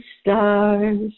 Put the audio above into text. stars